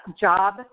job